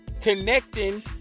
connecting